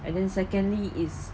and then secondly is